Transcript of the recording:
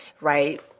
right